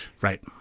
Right